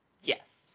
yes